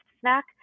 snack